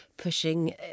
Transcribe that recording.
pushing